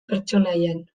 pertsonaian